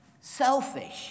selfish